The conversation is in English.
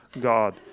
God